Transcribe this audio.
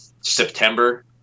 September